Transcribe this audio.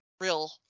real